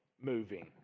moving